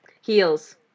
Heels